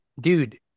dude